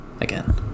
again